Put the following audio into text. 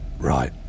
Right